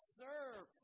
serve